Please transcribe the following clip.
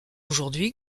aujourd’hui